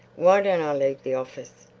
why don't i leave the office?